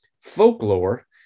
folklore